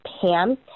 Pam